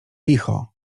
licho